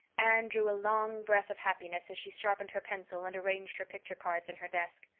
anne drew a long breath of happiness as she sharpened her pencil and arranged her picture cards in her desk.